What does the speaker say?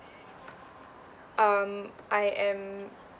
um I am